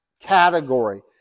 category